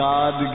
God